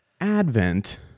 advent